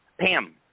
Pam